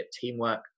teamwork